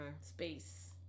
space